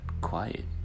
quiet